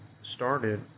started